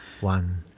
One